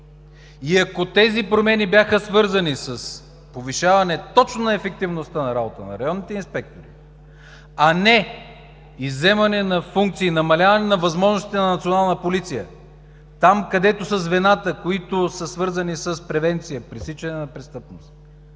И ако тези промени бяха свързани с повишаване точно на ефективността на работата на районните инспектори, а не с изземване на функции, намаляване на възможностите на Националната полиция там, където са звената, свързани с превенцията – пресичането на престъпност,